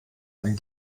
ein